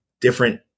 different